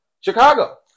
Chicago